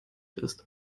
ist